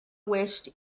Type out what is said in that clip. wished